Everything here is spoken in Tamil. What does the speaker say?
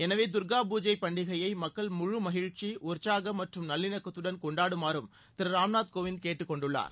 எனவே தர்கா பூஜை பண்டிகையை மக்கள் முழு மகிழ்ச்சி உற்சாகம் மற்றும் நல்லிணக்கத்துடன் கொண்டாடுமாறும் திரு ராம்நாத் கோவிந்த் கேட்டுக் கொண்டுள்ளார்